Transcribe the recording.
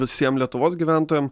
visiem lietuvos gyventojam